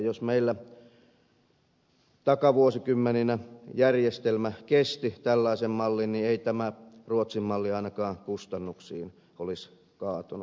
jos meillä takavuosikymmeninä järjestelmä kesti tällaisen mallin niin ei tämä ruotsin malli ainakaan kustannuksiin olisi kaatunut